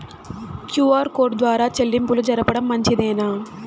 QR code ద్వారా చెల్లింపులు జరపడం మంచిదేనా?